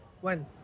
One